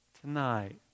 tonight